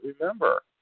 remember